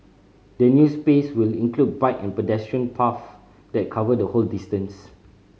the new space will include bike and pedestrian path that cover the whole distance